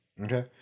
Okay